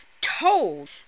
told